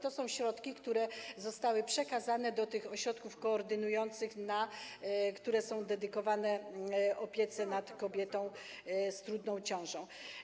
To są środki, które zostały przekazane do ośrodków koordynujących, które są dedykowane opiece nad kobietą z trudną ciążą.